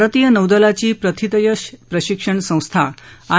भारतीय नौदलाची प्रथितयश प्रशिक्षण संस्था आय